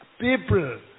people